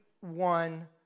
one